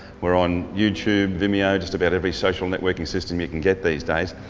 we're on youtube, vimeo, just about every social networking system you can get these days.